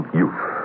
youth